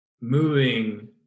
moving